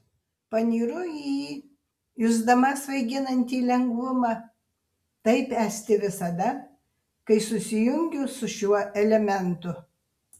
panyru į jį jusdama svaiginantį lengvumą taip esti visada kai susijungiu su šiuo elementu